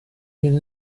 hyn